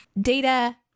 Data